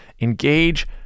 engage